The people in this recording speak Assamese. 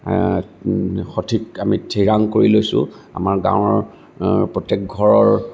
সঠিক আমি থিৰাং কৰি লৈছোঁ আমাৰ গাঁৱৰ প্ৰত্যেক ঘৰৰ